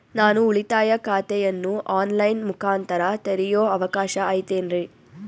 ನಾನು ಉಳಿತಾಯ ಖಾತೆಯನ್ನು ಆನ್ ಲೈನ್ ಮುಖಾಂತರ ತೆರಿಯೋ ಅವಕಾಶ ಐತೇನ್ರಿ?